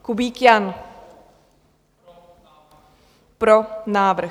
Kubík Jan: Pro návrh.